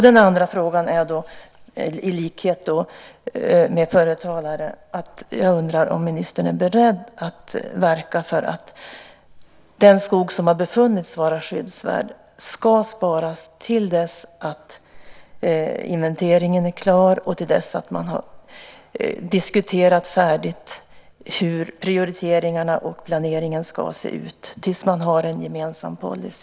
Den andra frågan är, i likhet med förre talarens, om ministern är beredd att verka för att den skog som har befunnits vara skyddsvärd ska sparas till dess att inventeringen är klar och till dess att man har diskuterat färdigt hur prioriteringarna och planeringen ska se ut, tills man har en gemensam policy.